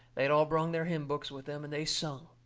they had all brung their hymn books with them, and they sung.